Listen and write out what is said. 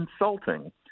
insulting